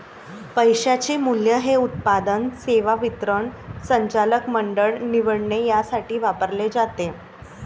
पैशाचे मूल्य हे उत्पादन, सेवा वितरण, संचालक मंडळ निवडणे यासाठी वापरले जाते